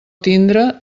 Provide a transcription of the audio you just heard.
tindre